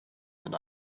and